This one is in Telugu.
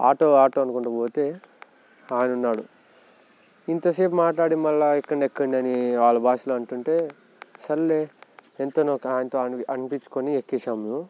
ఆటో ఆటో అనుకుంటూ పోతే ఆయన ఉన్నాడు ఇంతసేపు మాట్లాడి మళ్ళా ఎక్కండి ఎక్కండి అని వాళ్ళ భాషలో అంటుంటే సర్లే ఎంతైనా ఒక ఆయనతో ఆన్ అనిపించుకుని ఎక్కేసాము